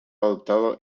adoptado